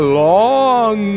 long